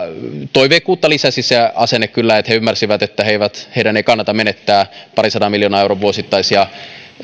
toiveikkuutta lisäsi kyllä se asenne että he ymmärsivät että heidän ei kannata menettää parinsadan miljoonan euron vuosittaisia